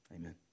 amen